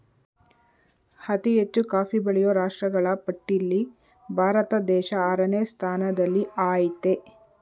ಅತಿ ಹೆಚ್ಚು ಕಾಫಿ ಬೆಳೆಯೋ ರಾಷ್ಟ್ರಗಳ ಪಟ್ಟಿಲ್ಲಿ ಭಾರತ ದೇಶ ಆರನೇ ಸ್ಥಾನದಲ್ಲಿಆಯ್ತೆ